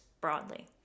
broadly